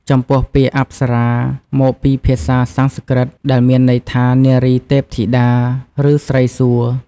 ចំពោះ ពាក្យ "អប្សរា" មកពីភាសាសំស្ក្រឹត ដែលមានន័យថា "នារីទេពធីតា" ឬ "ស្រីសួគ៌"។